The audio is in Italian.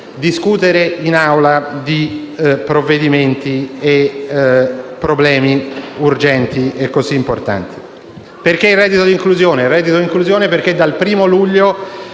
discutere in Assemblea di provvedimenti e problemi urgenti e importanti. Perché il reddito di inclusione? Perché dal primo luglio